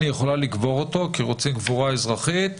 היא יכולה לקבור אותו בקבורה אזרחית.